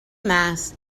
mass